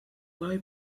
low